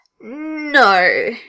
no